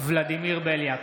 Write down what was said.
ולדימיר בליאק,